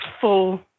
full